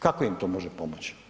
Kako im to može pomoć?